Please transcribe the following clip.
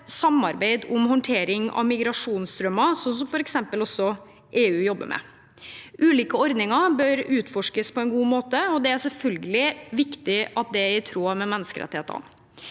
samarbeid om håndtering av migrasjonsstrømmer, sånn som f.eks. EU jobber med. Ulike ordninger bør utforskes på en god måte, og det er selvfølgelig viktig at det er i tråd med menneskerettighetene.